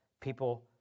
people